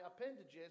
appendages